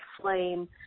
flame